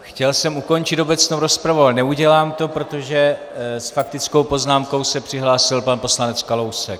Chtěl jsem ukončit obecnou rozpravu, ale neudělám to, protože s faktickou poznámkou se přihlásil pan poslanec Kalousek.